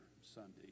Sunday